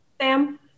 Sam